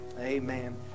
Amen